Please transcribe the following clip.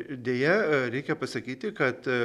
deja reikia pasakyti kad